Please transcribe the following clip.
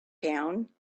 town